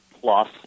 plus